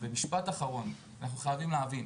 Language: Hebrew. ומשפט אחרון: אנחנו חייבים להבין,